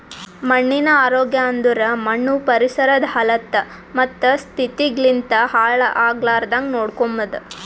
ಮಣ್ಣಿನ ಆರೋಗ್ಯ ಅಂದುರ್ ಮಣ್ಣು ಪರಿಸರದ್ ಹಲತ್ತ ಮತ್ತ ಸ್ಥಿತಿಗ್ ಲಿಂತ್ ಹಾಳ್ ಆಗ್ಲಾರ್ದಾಂಗ್ ನೋಡ್ಕೊಮದ್